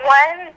one